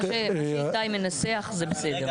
מה שאיתי מנסח זה בסדר.